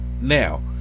Now